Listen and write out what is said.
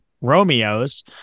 Romeos